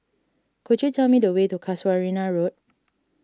could you tell me the way to Casuarina Road